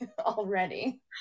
already